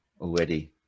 already